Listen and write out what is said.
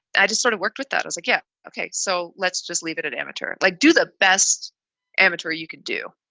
i just sort of worked with that as a kid. ok. so let's just leave it at amateur, like do the best amateur you could do.